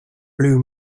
blue